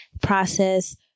process